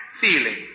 feeling